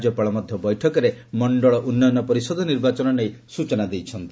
ରାଜ୍ୟପାଳ ମଧ୍ୟ ବୈଠକରେ ମଣ୍ଡଳ ଉନ୍ନୟନ ପରିଷଦ ନିର୍ବାଚନ ନେଇ ସ୍ନଚନା ଦେଇଥିଲେ